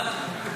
תודה.